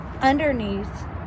underneath